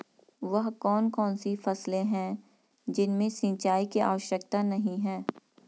वह कौन कौन सी फसलें हैं जिनमें सिंचाई की आवश्यकता नहीं है?